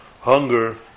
hunger